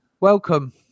Welcome